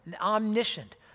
omniscient